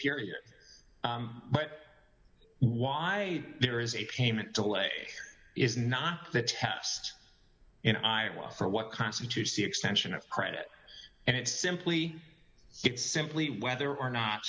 period but why there is a payment delay is not the test in iowa for what constitutes the extension of credit and it's simply it's simply whether or not